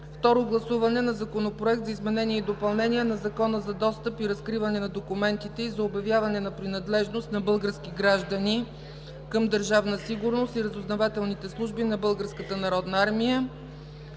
Второ гласуване на Законопроекта за изменение и допълнение на Закона за достъп и разкриване на документите и за обявяване на принадлежност на български граждани към Държавна сигурност и разузнавателните служби на